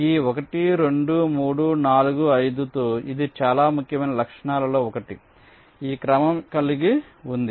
ఈ 1 2 3 4 5 తో ఇది చాలా ముఖ్యమైన లక్షణాలలో ఒకటి ఈ క్రమం కలిగి ఉంది